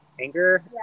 anger